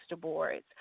boards